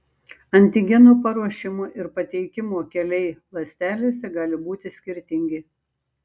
antigeno paruošimo ir pateikimo keliai ląstelėse gali būti skirtingi